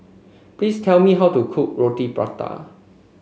please tell me how to cook Roti Prata